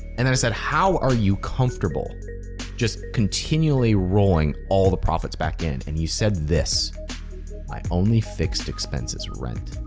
and then i said, how are you comfortable just continually rolling all the profits back in? and you said this, my only fixed expense is rent.